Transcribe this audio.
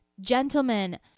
gentlemen